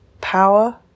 power